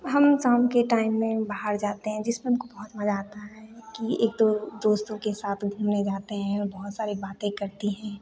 हम शाम के टाइम में बाहर जाते हैं जिसमें हमको बहुत मज़ा आता है कि एक तो दोस्तों के साथ घूमने जाते हैं बहुत सारी बातें करते हैं